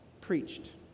preached